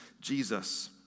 Jesus